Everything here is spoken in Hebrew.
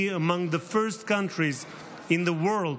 among the first countries in the world who,